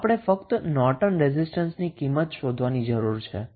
તો આપણે ફક્ત નોર્ટન રેઝિસ્ટન્સની કિંમત શોધવાની જરૂર છે